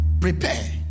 prepare